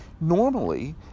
normally